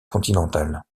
continentale